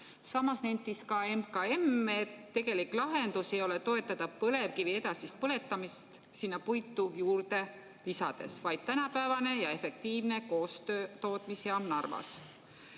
Samas nentis ka MKM, et tegelik lahendus ei ole toetada põlevkivi edasist põletamist sinna puitu juurde lisades, vaid tänapäevane ja efektiivne koostootmisjaam Narvas.